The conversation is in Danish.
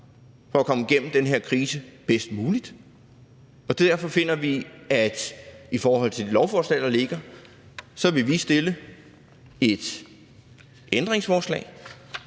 for at komme igennem den her krise bedst muligt, og derfor vil vi til det lovforslag, der ligger, stille et ændringsforslag,